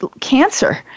cancer